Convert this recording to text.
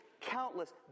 countless